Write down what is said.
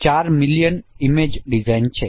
4 million image design છે